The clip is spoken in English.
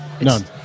None